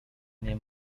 nie